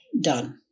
done